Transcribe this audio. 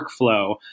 workflow